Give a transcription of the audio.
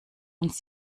uns